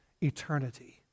eternity